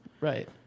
Right